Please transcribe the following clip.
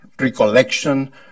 recollection